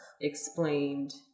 explained